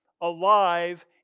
alive